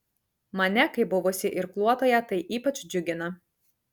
mane kaip buvusį irkluotoją tai ypač džiugina